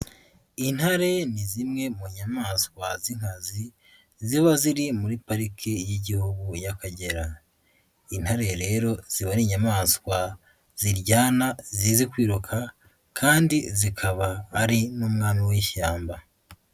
Intare ni zimwe mu nyamaswa z'inkazi ziba ziri muri Parike y'Igihugu y'Akagera, intare rero ziba ari inyamaswa ziryana zize kwiruka kandi zikaba ari n'umwami w'ishyamba.